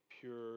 pure